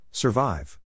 Survive